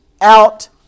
out